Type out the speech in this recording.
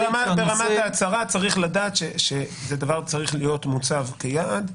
ברמת ההצהרה צריך לדעת שזה דבר שצריך להיות מוצב כיעד,